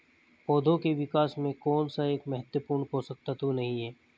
पौधों के विकास में कौन सा एक महत्वपूर्ण पोषक तत्व नहीं है?